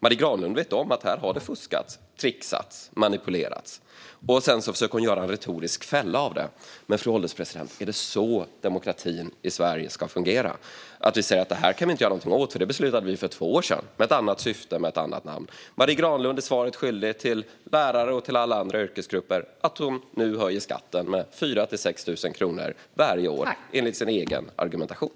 Hon vet om att det har fuskats, trixats och manipulerats med det här, och sedan försöker hon göra en retorisk fälla av det. Men, fru ålderspresident, är det så demokratin i Sverige ska fungera? Man säger bara att det här kan vi inte göra någonting åt, för det beslutade vi om för två år sedan med ett annat syfte och ett annat namn. Marie Granlund är svaret skyldig till lärare och alla andra yrkesgrupper när hon nu höjer skatten med 4 000-6 000 kronor varje år, enligt sin egen argumentation.